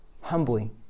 humbly